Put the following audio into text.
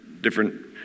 different